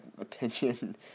opinion